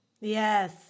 Yes